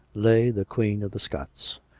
lay the queen of the scots.